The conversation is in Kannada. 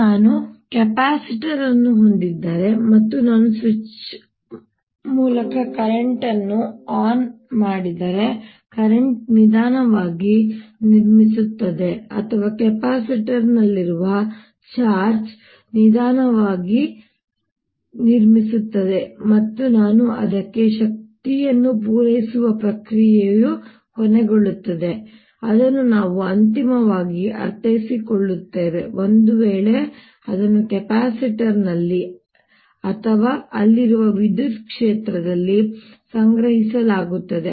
ನಾನು ಕೆಪಾಸಿಟರ್ ಅನ್ನು ಹೊಂದಿದ್ದರೆ ಮತ್ತು ನಾನು ಸ್ವಿಚ್ ಮೂಲಕ ಕರೆಂಟ್ ಅನ್ನು ಆನ್ ಮಾಡಿದರೆ ಕರೆಂಟ್ ನಿಧಾನವಾಗಿ ನಿರ್ಮಿಸುತ್ತದೆ ಅಥವಾ ಕೆಪಾಸಿಟರ್ನಲ್ಲಿನ ಚಾರ್ಜ್ ನಿಧಾನವಾಗಿ ನಿರ್ಮಿಸುತ್ತದೆ ಮತ್ತು ನಾನು ಅದಕ್ಕೆ ಶಕ್ತಿಯನ್ನು ಪೂರೈಸುವ ಪ್ರಕ್ರಿಯೆಯು ಕೊನೆಗೊಳ್ಳುತ್ತದೆ ಅದನ್ನು ನಾವು ಅಂತಿಮವಾಗಿ ಅರ್ಥೈಸಿಕೊಳ್ಳುತ್ತೇವೆ ಒಂದು ವೇಳೆ ಅದನ್ನು ಕೆಪಾಸಿಟರ್ನಲ್ಲಿ ಅಥವಾ ಅಲ್ಲಿರುವ ವಿದ್ಯುತ್ ಕ್ಷೇತ್ರದಲ್ಲಿ ಸಂಗ್ರಹಿಸಲಾಗುತ್ತದೆ